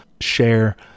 share